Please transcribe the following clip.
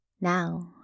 Now